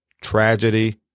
tragedy